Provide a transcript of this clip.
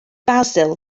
basil